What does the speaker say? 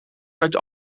ruikt